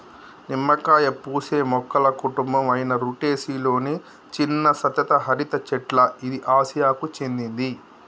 నిమ్మకాయ పూసే మొక్కల కుటుంబం అయిన రుటెసి లొని చిన్న సతత హరిత చెట్ల ఇది ఆసియాకు చెందింది